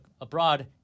abroad